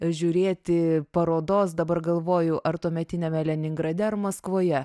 žiūrėti parodos dabar galvoju ar tuometiniame leningrade ar maskvoje